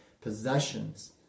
possessions